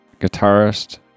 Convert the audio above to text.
guitarist